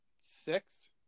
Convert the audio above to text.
Six